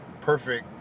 perfect